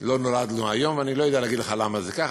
לא נולדנו היום ואני לא יודע להגיד לך למה זה כך,